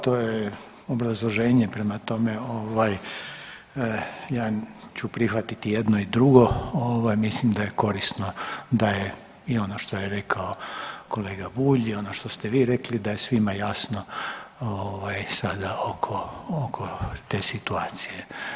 To je obrazloženje, prema tome, ovaj ja ću prihvatiti jedno i drugo, mislim da je korisno da je i ono što je rekao kolega Bulj i ono što ste vi rekli, da je svima jasno ovaj, sada oko te situacije.